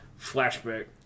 Flashback